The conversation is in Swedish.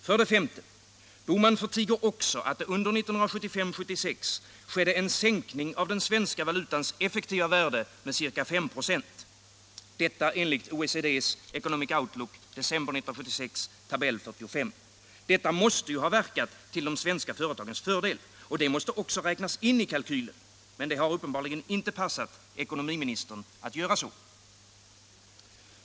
För det femte: Herr Bohman förtiger också att det 1975-1976 skedde en sänkning av den svenska valutans effektiva värde med ca 5 96. Detta enligt OECD:s Economic Outlook december 1976, tab. 45. Detta måste ju ha verkat till de svenska företagens fördel. Det måste också räknas in i kalkylen. Men det har uppenbarligen inte passat ekonomiministern att göra så.